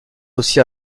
aussi